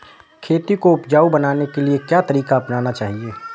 खेती को उपजाऊ बनाने के लिए क्या तरीका अपनाना चाहिए?